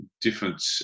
different